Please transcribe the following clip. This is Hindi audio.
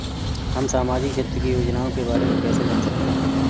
हम सामाजिक क्षेत्र की योजनाओं के बारे में कैसे जान सकते हैं?